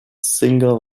single